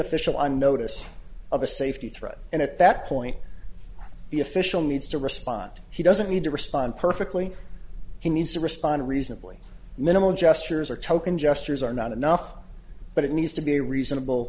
official on notice of a safety threat and at that point the official needs to respond he doesn't need to respond perfectly he needs to respond reasonably minimal gestures or token gestures are not enough but it needs to be a reasonable